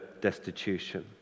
destitution